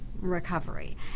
recovery